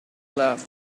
love